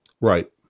Right